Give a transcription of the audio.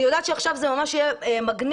אני יודעת שעכשיו זה ממש יהיה מגניב